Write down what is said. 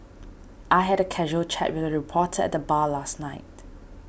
I had a casual chat with a reporter at the bar last night